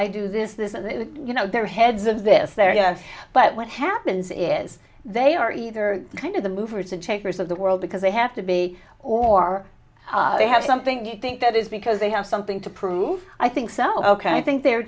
i do this this you know their heads of this there are but what happens is they are either kind of the movers and shakers of the world because they have to be or they have something you think that is because they have something to prove i think so ok i think they're